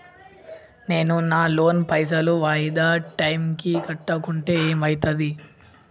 నేను నా లోన్ పైసల్ వాయిదా టైం కి కట్టకుంటే ఏమైతది?